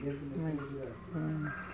ಮತ್ತು